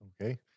Okay